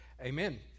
Amen